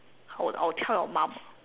I will I will tell your mom ah